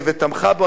ותמכה בו.